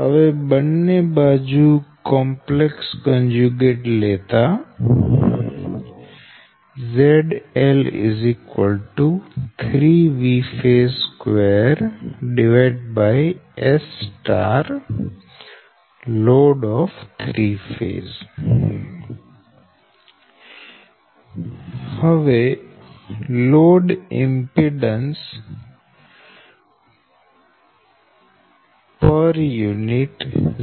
હવે બંને બાજુ કોમ્પ્લેક્સ કોન્જ્યુગેટ લેતા ZL 3 Vphase2SLoad 3ɸ હવે લોડ ઇમ્પીડેન્સ પર યુનિટ